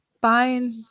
fine